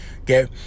Okay